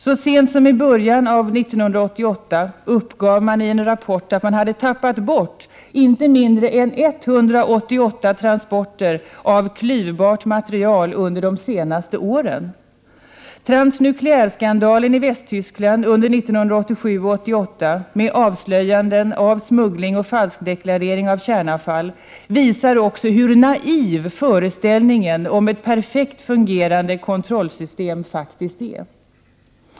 Så sent som i början av 1988 uppgav mani en rapport att man under det senaste året hade tappat bort inte mindre än 188 transporter av klyvbart material. Transnuklearskandalen i Västtyskland under 1987-1988, med avslöjanden av smuggling och falskdeklarering av kärnavfall, visar också hur naiv föreställningen om ett perfekt fungerande kontrollsystem faktiskt är.